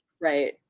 Right